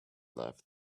left